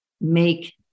make